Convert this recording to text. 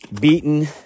beaten